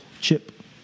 chip